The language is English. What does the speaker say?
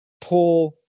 pull